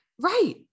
Right